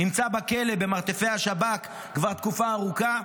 נמצא בכלא במרתפי השב"כ כבר תקופה ארוכה.